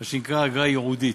מה שנקרא אגרה ייעודית.